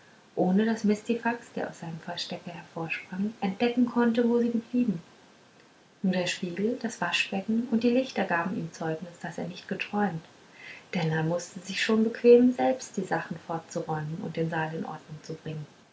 ohne daß mistifax der aus seinem verstecke hervorsprang entdecken konnte wo sie geblieben nur der spiegel das waschbecken und die lichter gaben ihm zeugnis daß er nicht geträumt denn er mußte sich schon bequemen selbst die sacken fortzuräumen und den saal in ordnung zu bringen